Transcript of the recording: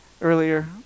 earlier